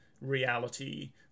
reality